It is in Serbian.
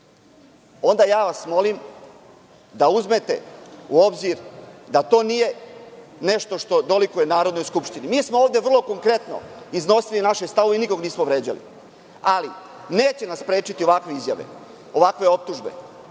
onda vas molim da uzmete u obzir da to nije nešto što dolikuje Narodnoj skupštini. Mi smo ovde vrlo konkretno iznosili naše stavove i nikog nismo vređali. Ali, neće nas sprečiti ovakve izjave, ovakve optužbe,